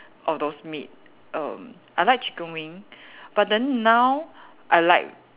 or those meat erm I like chicken wing but then now I like